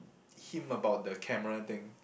him about the camera thing